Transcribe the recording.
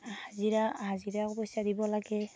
হাজিৰা হাজিৰা পইচা দিব লাগে